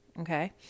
Okay